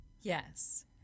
Yes